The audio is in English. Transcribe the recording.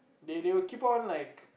they they will keep on like